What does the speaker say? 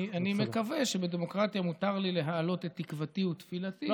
אני מקווה שבדמוקרטיה מותר לי להעלות את תקוותי ותפילתי,